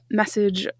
message